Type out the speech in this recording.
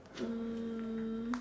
mm